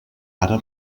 ara